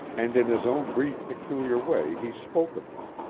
and in his own brief peculiar way he spoke of them.